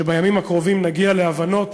שבימים הקרובים נגיע להבנות